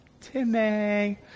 Timmy